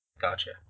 Gotcha